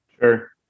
Sure